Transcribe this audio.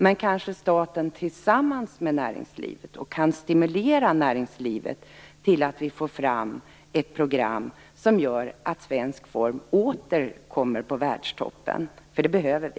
Men staten kanske tillsammans med näringslivet självt kan stimulera det så att vi får fram ett program som gör att svensk form åter kommer på världstoppen. Det behöver vi.